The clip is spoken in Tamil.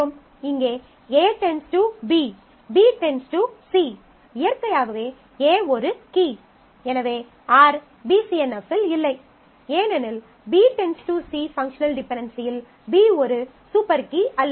இங்கே A → B B → C இயற்கையாகவே A ஒரு கீ எனவே R BCNF இல் இல்லை ஏனெனில் B→ C பங்க்ஷனல் டிபென்டென்சியில் B ஒரு சூப்பர் கீ அல்ல